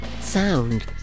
sound